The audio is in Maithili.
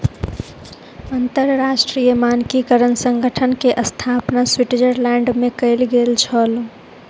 अंतरराष्ट्रीय मानकीकरण संगठन के स्थापना स्विट्ज़रलैंड में कयल गेल छल